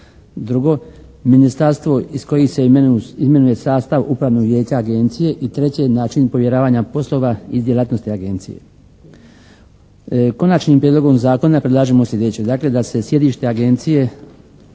Drugo, ministarstvo iz kojih se imenuje sastav upravnog vijeća agencije i treće, način povjeravanja poslova iz djelatnosti agencije. Konačnim prijedlogom zakona predlažemo sljedeće, dakle da se sjedište agencije